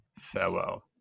Farewell